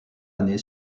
année